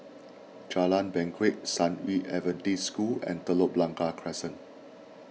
Jalan banquet San Yu Adventist School and Telok Blangah Crescent